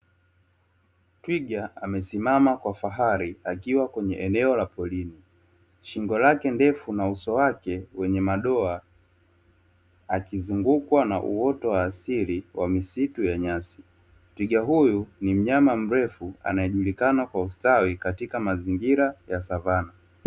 Twiga amesimama kwa fahari akiwa kwenye eneo la polini, Shingo yake ndefu na uso wake wenye madoa akizungukwa na uwoto wa asili wa misitu ya nyasi, Twiga huyu ni mnyama mrefu anae julikana kwa ustawi katika mazingira ya savana.